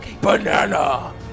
banana